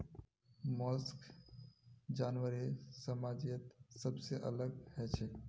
mollusc जानवरेर साम्राज्यत सबसे अलग हछेक